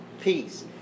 peace